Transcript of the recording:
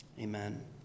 Amen